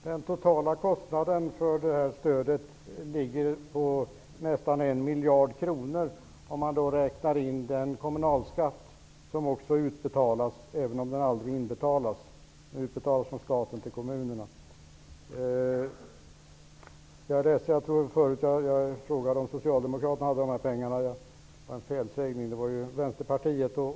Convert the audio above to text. Herr talman! Den totala kostnaden för det här stödet är nästan en miljard kronor, om man då räknar in den kommunalskatt som utbetalas från staten till kommunerna, även om den aldrig inbetalas. Jag är ledsen att jag tidigare frågade om Socialdemokraterna har dessa pengar. Det var en felsägning. Det gällde ju Vänsterpartiet.